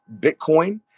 Bitcoin